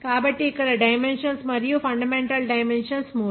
కాబట్టి ఇక్కడ డైమెన్షన్స్ మరియు ఫండమెంటల్ డైమెన్షన్స్ మూడు